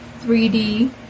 3d